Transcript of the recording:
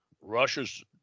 Russia's